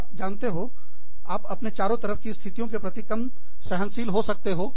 आप जानते हो आप अपने चारों तरफ की स्थितियों के प्रति कम सहनशील हो सकते हो